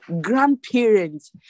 grandparents